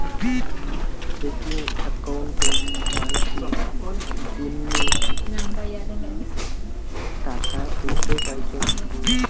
checking অক্কোউন্টে মানসী দিননি টাকা তুলতে পাইচুঙ